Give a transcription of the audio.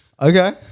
Okay